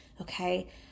Okay